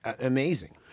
amazing